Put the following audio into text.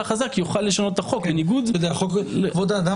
חזק יוכל לשנות את החוק בניגוד בדרך --- הרציונל של חוק כבוד האדם